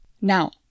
Now